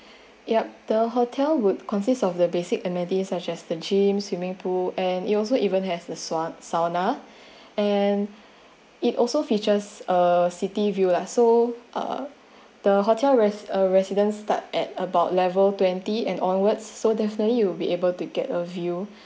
yup the hotel would consist of the basic amenities such as the gym swimming pool and you also even have the sau~ sauna and it also features a city view lah so uh the hotel res resident start at about eleven twenty and onwards so definitely you will be able to get a view